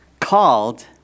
Called